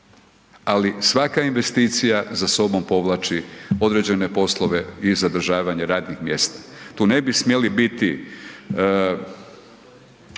ali svaka investicija za sobom povlači određene poslove i zadržavanje radnih mjesta. Tu ne bi smjeli biti